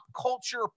culture